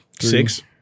six